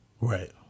Right